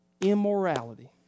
immorality